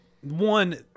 one